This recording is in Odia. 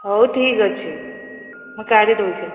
ହଉ ଠିକ୍ ଅଛି ମୁଁ କାଢ଼ି ଦଉଛେ